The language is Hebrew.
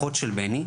אחות של בני,